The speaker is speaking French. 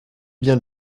biens